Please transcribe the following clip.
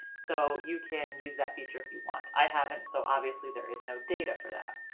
so you can use that feature if you want. i haven't, so obviously there is no data for that.